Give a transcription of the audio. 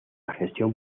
gestión